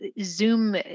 Zoom